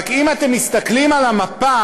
רק אם אתם מסתכלים על המפה,